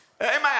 Amen